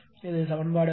அது சமன்பாடு 6